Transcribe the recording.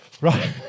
Right